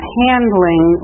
handling